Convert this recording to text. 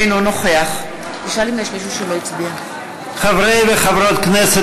אינו נוכח חברי וחברות הכנסת,